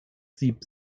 sieb